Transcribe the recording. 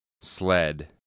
Sled